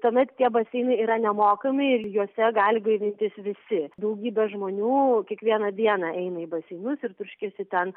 tuomet tie baseinai yra nemokami ir juose gali gaivintis visi daugybė žmonių kiekvieną dieną eina į baseinus ir turškiasi ten